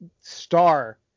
star